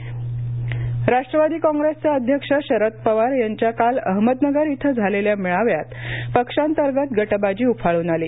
राष्टवादी राष्ट्रवादी काँग्रेसचे अध्यक्ष शरद पवार यांच्या काल अहमदनगर इथे झालेल्या मेळाव्यात पक्षांतर्गत गटबाजी उफाळून आली